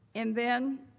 and then,